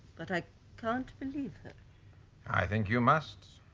but i can't believe her i think you must.